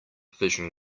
vision